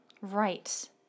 Right